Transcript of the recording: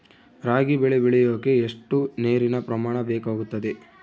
ರಾಗಿ ಬೆಳೆ ಬೆಳೆಯೋಕೆ ಎಷ್ಟು ನೇರಿನ ಪ್ರಮಾಣ ಬೇಕಾಗುತ್ತದೆ?